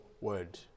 word